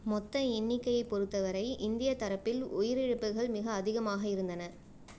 மொத்த எண்ணிக்கையைப் பொறுத்தவரை இந்திய தரப்பில் உயிரிழப்புகள் மிக அதிகமாக இருந்தன